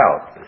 out